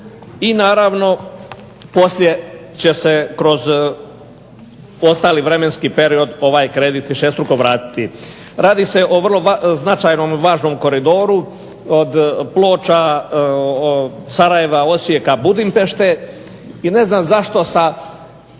I naravno poslije će se kroz ostali vremenski period ovaj kredit višestruko vratiti. Radi se o vrlo značajnom i važnom koridoru od Ploča, Sarajeva, Osijeka, Budimpešte i ne znam zašto sa